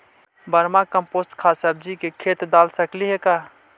Vermi compost खाद सब्जी के खेत दाल सकली हे का?